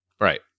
Right